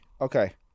Okay